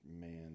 man